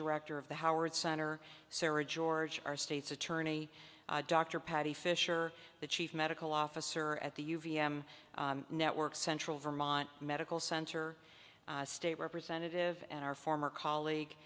director of the howard center sara george our state's attorney dr patty fisher the chief medical officer at the u v m network central vermont medical center state representative and our former colleague